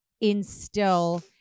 instill